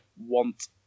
want